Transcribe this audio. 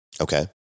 Okay